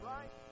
Right